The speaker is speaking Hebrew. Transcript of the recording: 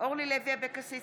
אורלי לוי אבקסיס,